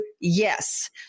Yes